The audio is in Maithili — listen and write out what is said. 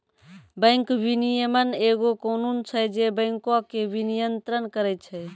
बैंक विनियमन एगो कानून छै जे बैंको के नियन्त्रण करै छै